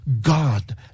God